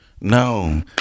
no